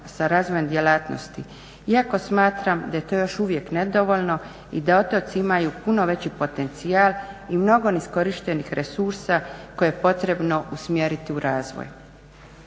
sa razvojem djelatnosti, iako smatram da je to još uvijek nedovoljno i da otoci imaju puno veći potencijal i mnogo neiskorištenih resursa koje je potrebno usmjeriti u razvoj.